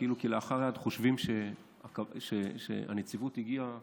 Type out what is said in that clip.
שחושבים שכאילו כלאחר יד הנציבות הגיעה